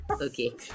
okay